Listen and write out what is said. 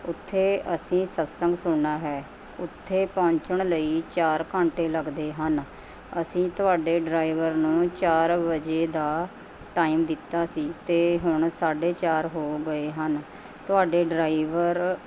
ਉੱਥੇ ਅਸੀਂ ਸਤਿਸੰਗ ਸੁਣਨਾ ਹੈ ਉੱਥੇ ਪਹੁੰਚਣ ਲਈ ਚਾਰ ਘੰਟੇ ਲੱਗਦੇ ਹਨ ਅਸੀਂ ਤੁਹਾਡੇ ਡਰਾਈਵਰ ਨੂੰ ਚਾਰ ਵਜੇ ਦਾ ਟਾਈਮ ਦਿੱਤਾ ਸੀ ਅਤੇ ਹੁਣ ਸਾਢੇ ਚਾਰ ਹੋ ਗਏ ਹਨ ਤੁਹਾਡੇ ਡਰਾਈਵਰ